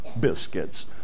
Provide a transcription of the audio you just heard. biscuits